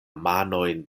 manojn